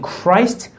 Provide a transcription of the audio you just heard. Christ